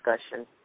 discussion